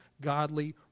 godly